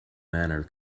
manner